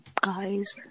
guys